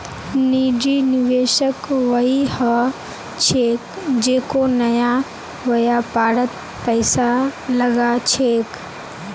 निजी निवेशक वई ह छेक जेको नया व्यापारत पैसा लगा छेक